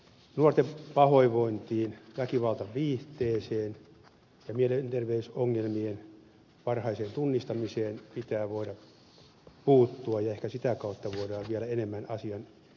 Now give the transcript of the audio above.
nuorten pahoinvointiin väkivaltaviihteeseen ja mielenterveysongelmien varhaiseen tunnistamiseen pitää voida puuttua ja ehkä sitä kautta voidaan vielä enemmän asian eteen tehdä